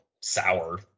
sour